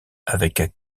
avec